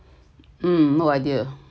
um no idea